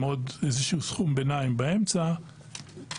עם עוד איזה שהוא סכום ביניים באמצע הגענו